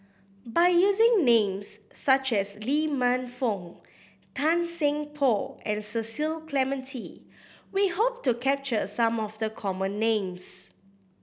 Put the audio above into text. by using names such as Lee Man Fong Tan Seng Poh and Cecil Clementi we hope to capture some of the common names